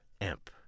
Amp